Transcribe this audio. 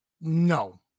No